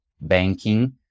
banking